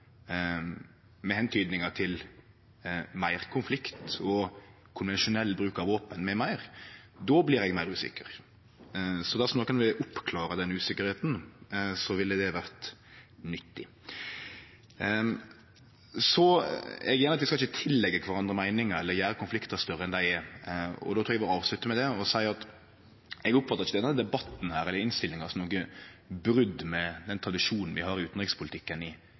meir konflikt og konvensjonell bruk av våpen m.m., blir eg meir usikker. Så dersom nokon vil oppklare den usikkerheita, ville det vore nyttig. Eg vil gjerne at vi ikkje skal tilleggje kvarandre meiningar eller gjere konfliktar større enn dei er. Då trur eg at eg vil avslutte med det og seie at eg ikkje oppfattar denne debatten eller denne innstillinga som noko brot med den tradisjonen vi har i utanrikspolitikken i